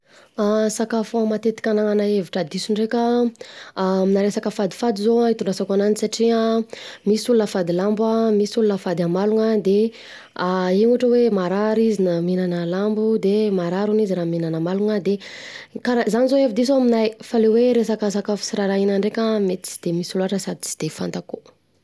Sakafo matetika ananana hevitra diso ndreka aminà resaka fadifady zao an itondrasako ananjy satria, misy olona fady lambo an, misy olona fady amalona; de iny ohatra hoe: marary izy na mihinana lambo, de marary hono izy raha mihinana amalona, kara- de zany zao hevi-diso aminahy, fa le hoe resaka sakafo tsy rarahina ndreka, mety tsy de misy loatra sady tsy de fantako.